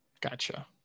gotcha